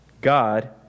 God